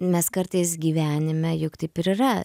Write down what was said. mes kartais gyvenime juk taip ir yra